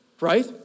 right